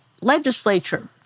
legislature